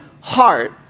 heart